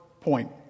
point